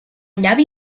llavi